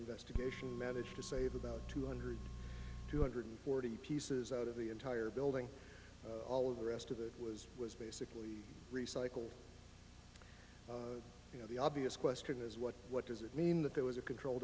investigation managed to save about two hundred two hundred forty pieces out of the entire building all of the rest of it was was basically recycled you know the obvious question is what what does it mean that there was a control